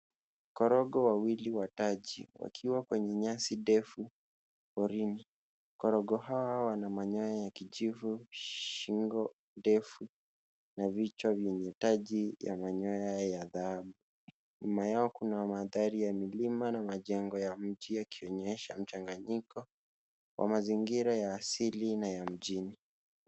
Korogo wawili wa taji wakiwa kwenye nyasi ndefu porini. Korogo hawa wana manyoya ya kijivu, shingo ndefu na vichwa vyenye taji ya manyoya ya dhahabu. Nyuma yao kuna mandhari ya milima na majengo ya mji yakionyesha mchanganyiko wa mazingira ya asili na ya mjini.